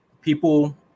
people